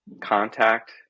Contact